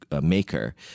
maker